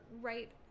right